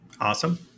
Awesome